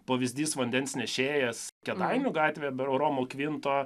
pavyzdys vandens nešėjas kėdainių gatvėje bero romo kvinto